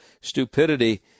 stupidity